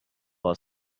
our